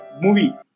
Movie